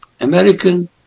American